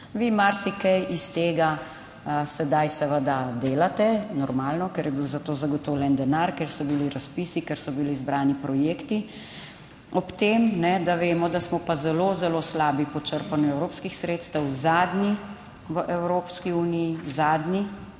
Vi marsikaj iz tega sedaj seveda delate, normalno, ker je bil za to zagotovljen denar, ker so bili razpisi, ker so bili izbrani projekti ob tem, da vemo, da smo pa zelo, zelo slabi po črpanju evropskih sredstev, zadnji v Evropski uniji, zadnji,